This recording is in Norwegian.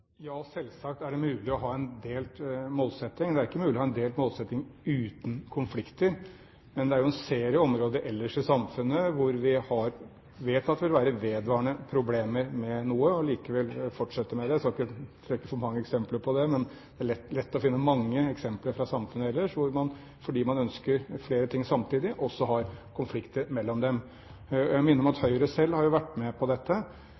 Ja, selvsagt er det mulig å ha en delt målsetting. Det er ikke mulig å ha en delt målsetting uten konflikter. Det er en rekke områder ellers i samfunnet hvor vi vet at det vil være vedvarende problemer med noe, men likevel fortsetter vi med det. Jeg skal ikke trekke fram for mange eksempler på det, men det er lett å finne mange eksempler fra samfunnet ellers hvor man, fordi man ønsker flere ting samtidig, også har konflikter mellom dem. Jeg vil minne om at Høyre selv jo har vært med på dette.